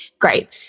great